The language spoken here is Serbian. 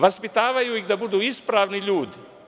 Vaspitavaju ih da budu ispravni ljudi.